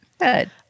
Good